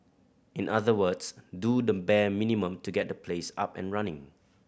in other words do the bare minimum to get the place up and running